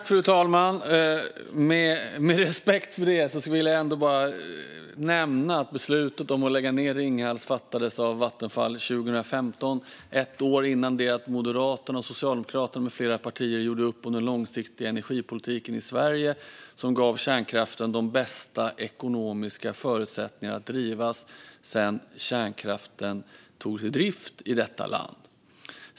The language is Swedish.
Fru talman! Med respekt för det vill jag ändå nämna att beslutet om att lägga ned Ringhals fattades av Vattenfall 2015. Det var ett år innan Moderaterna, Socialdemokraterna med flera partier gjorde upp om den långsiktiga energipolitiken i Sverige. Den gav de bästa ekonomiska förutsättningarna för att driva kärnkraften sedan den togs i drift i detta land.